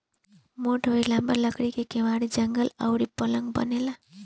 मोट अउरी लंबा लकड़ी से केवाड़ी, जंगला अउरी पलंग बनेला